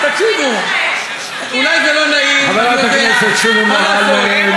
תסתכלו על התמונה במלואה.